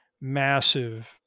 massive